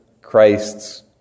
Christ's